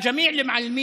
לכל המורים